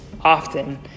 often